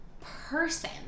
person